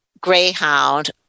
greyhound